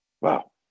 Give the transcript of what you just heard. Wow